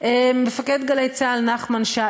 מפקד גלי צה"ל נחמן שי,